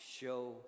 show